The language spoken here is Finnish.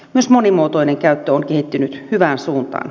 myös monimuotoinen käyttö on kehittynyt hyvään suuntaan